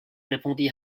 répondit